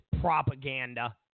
propaganda